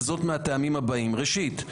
וזאת מהטעמים הבאים: ראשית,